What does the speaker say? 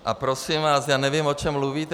A prosím vás, já nevím, o čem mluvíte.